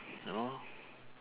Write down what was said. you know